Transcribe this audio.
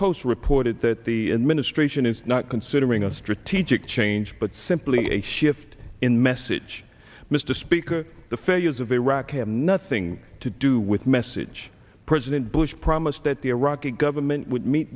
post reported that the administration is not considering a strategic change but simply a shift in message mr speaker the failures of iraq have nothing to do with message president bush promised that the iraqi government would meet